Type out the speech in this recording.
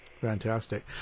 Fantastic